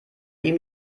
ihm